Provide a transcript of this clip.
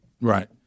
Right